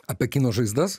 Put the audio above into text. apie žaizdas